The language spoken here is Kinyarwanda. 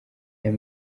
aya